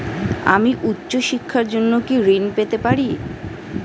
আমি উচ্চশিক্ষার জন্য কি ঋণ পেতে পারি?